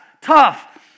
tough